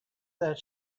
that